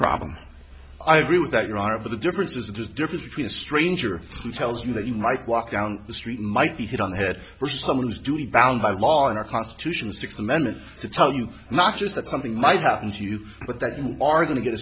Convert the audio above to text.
problem i agree with that you are the difference is the difference between a stranger who tells you that you might walk down the street might be hit on the head or someone who's doing bound by law in our constitution sixth amendment to tell you not just that something might happen to you but that you are going to get a